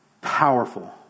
powerful